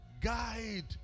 Guide